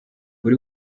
buri